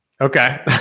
Okay